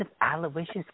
Aloysius